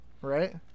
right